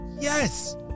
Yes